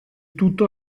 tutto